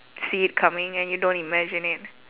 see it coming and you don't imagine it